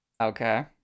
Okay